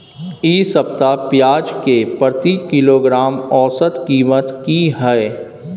इ सप्ताह पियाज के प्रति किलोग्राम औसत कीमत की हय?